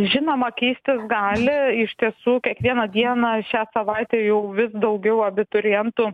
žinoma keistis gali iš tiesų kiekvieną dieną šią savaitę jau vis daugiau abiturientų